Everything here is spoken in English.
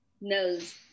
knows